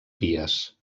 vies